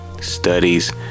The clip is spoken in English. studies